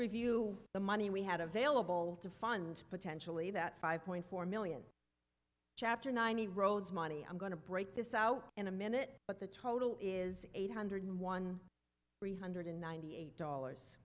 review the money we had available to fund potentially that five point four million chapter nine year olds money i'm going to break this out in a minute but the total is eight hundred one three hundred ninety eight dollars